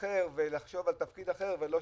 על תפקיד אחר.